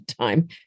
time